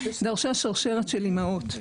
דרשה שרשרת של אימהות.